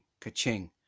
ka-ching